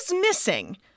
missing